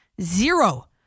zero